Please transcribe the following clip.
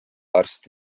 arst